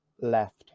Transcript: left